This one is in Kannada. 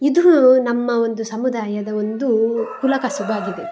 ಇದು ನಮ್ಮ ಒಂದು ಸಮುದಾಯದ ಒಂದು ಕುಲ ಕಸುಬಾಗಿದೆ